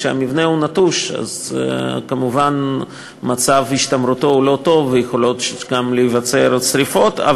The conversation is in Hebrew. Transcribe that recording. כשהמבנה נטוש כמובן מצב השתמרותו הוא לא טוב ויכולות גם להיווצר שרפות.